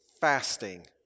fasting